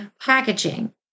packaging